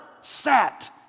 sat